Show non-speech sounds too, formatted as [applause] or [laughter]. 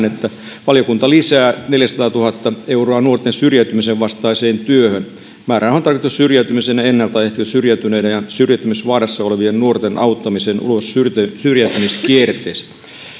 [unintelligible] että valiokunta lisää neljäsataatuhatta euroa nuorten syrjäytymisen vastaiseen työhön määräraha on tarkoitettu syrjäytymisen ennaltaehkäisyyn syrjäytyneiden ja syrjäytymisvaarassa olevien nuorten auttamiseen ulos syrjäytymiskierteestä